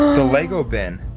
the lego bin.